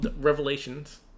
Revelations